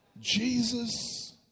Jesus